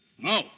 No